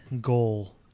goal